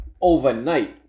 overnight